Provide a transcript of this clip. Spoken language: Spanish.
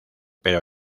pero